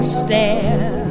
stare